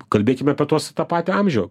kalbėkim apie tuos tą patį amžių